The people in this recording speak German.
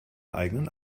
eigenen